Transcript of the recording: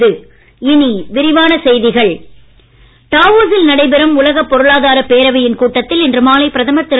Modi Davos டாவோசில் நடைபெறும் உலகப் பொருளாதார பேரவையின் கூட்டத்தில் இன்று மாலை பிரதமர் திரு